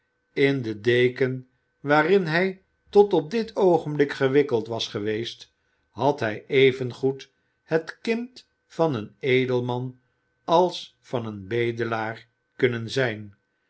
in de deken waarin hij tot op dit oogenblik gewikkeld was geweest had hij evengoed het kind van een edelman als van een bedelaar kunnen zijn